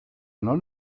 non